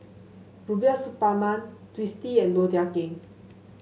Rubiah Suparman Twisstii and Low Thia Khiang